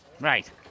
right